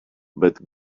but